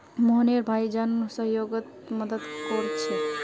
मोहनेर भाई जन सह्योगोत मदद कोरछे